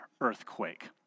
earthquake